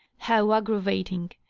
how aggravating,